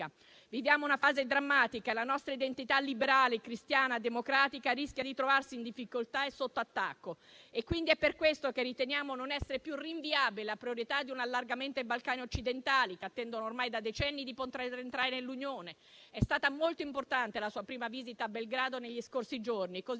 Viviamo una fase drammatica e la nostra identità liberale, cristiana e democratica rischia di trovarsi in difficoltà e sotto attacco. È per questo che riteniamo non essere più rinviabile la priorità di un allargamento ai Balcani occidentali, che attendono ormai da decenni di poter entrare nell'Unione. È stata molto importante la sua prima visita a Belgrado negli scorsi giorni, così